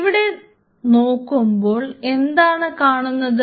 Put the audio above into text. ഇവിടെ നോക്കുമ്പോൾ എന്താണ് കാണുന്നത്